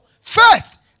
First